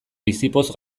bizipoz